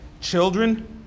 Children